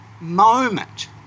moment